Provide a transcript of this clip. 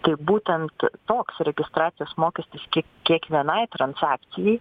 tai būtent toks registracijos mokestis kiek kiekvienai transakcijai